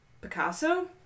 Picasso